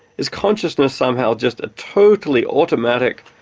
is consciousness somehow just a totally automatic,